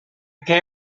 què